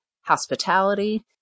Hospitality